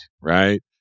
right